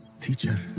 teacher